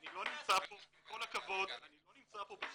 עם כל הכבוד אני לא נמצא פה בחקירה.